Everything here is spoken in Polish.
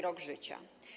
rok życia.